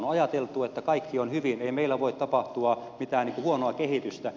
on ajateltu että kaikki on hyvin ei meillä voi tapahtua mitään huonoa kehitystä